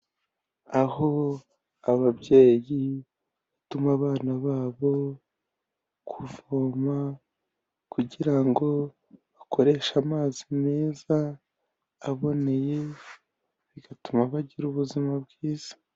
Aho ababyeyi batuma abana babo kuvoma kugira ngo bakoreshe amazi meza, aboneye, bigatuma bagira ubuzima bwiza.